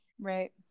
Right